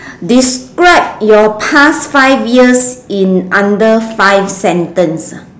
describe your past five years in under five sentence